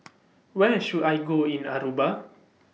Where should I Go in Aruba